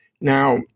Now